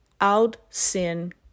out-sin